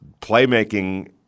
Playmaking